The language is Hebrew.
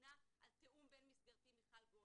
והממונה על תיאום בין מסגרתי, מיכל גולד.